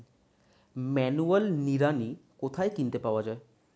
Manual নিড়ানি কোথায় কিনতে পাওয়া যায়?